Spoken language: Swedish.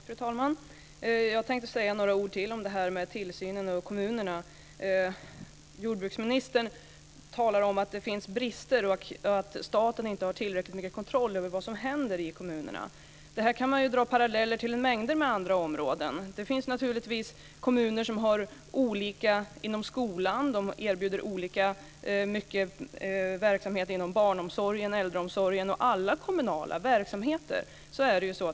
Fru talman! Jag tänkte säga några ord till om tillsynen av kommunerna. Jordbruksministern talar om att det finns brister och att staten inte har tillräckligt mycket kontroll över vad som händer i kommunerna. Här kan man dra paralleller till mängder av andra områden. Det finns naturligtvis kommuner som är olika på skolans område, de erbjuder olika mycket verksamhet inom barnomsorgen, äldreomsorgen och alla kommunala verksamheter.